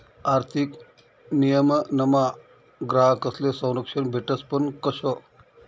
आर्थिक नियमनमा ग्राहकस्ले संरक्षण भेटस पण कशं